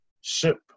ship